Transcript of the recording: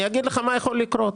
אני אגיד לך מה יכול לקרות.